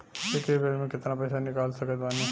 एक बेर मे केतना पैसा निकाल सकत बानी?